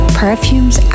perfumes